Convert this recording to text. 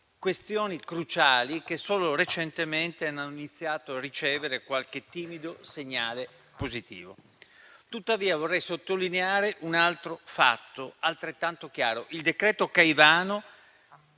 questioni cruciali, che solo recentemente hanno iniziato a ricevere qualche timido segnale positivo. Tuttavia, vorrei sottolineare un altro fatto, altrettanto chiaro. Il decreto-legge